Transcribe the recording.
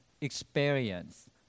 experience